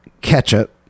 ketchup